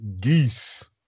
geese